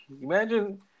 Imagine